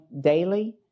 daily